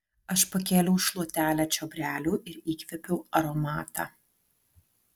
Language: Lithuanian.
aš pakėliau šluotelę čiobrelių ir įkvėpiau aromatą